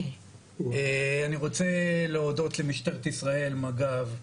אני רוצה להודות למשטרת ישראל, מג"ב,